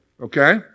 okay